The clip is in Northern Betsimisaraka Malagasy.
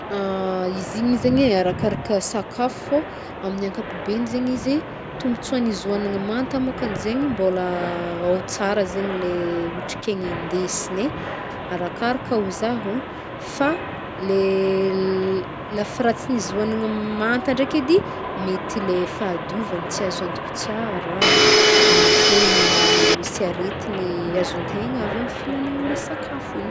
Izy igny zegny arakaraka sakafo fô amin'ny ankapobeny zegny izy, tombotsoan'izy hoagniny manta môkany zegny, mbola ao tsara zegny otrik'aigna hindesigny, arakaraka hoy zaho fa le lafiratsin'izy hoagniny manta edy mety le fahadiovany tsy azo antoky tsara de mety hoe misy aretigny azon-tegna avy amin'ny fihignagnana le sakafo igny.